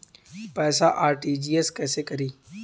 पैसा आर.टी.जी.एस कैसे करी?